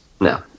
No